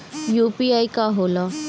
UPI का होला?